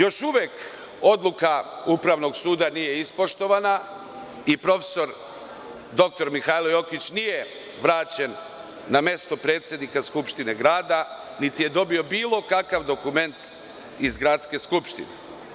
Još uvek odluka Upravnog suda nije ispoštovana i profesor dr Mihajlo Jokić nije vraćen na mesto predsednika Skupštine grada, niti je dobio bilo kakav dokument iz gradske Skupštine.